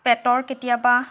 পেটৰ কেতিয়াবা